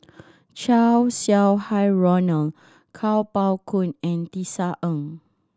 Chow Sau Hai Roland Kuo Pao Kun and Tisa Ng